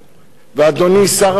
ואדוני שר האוצר,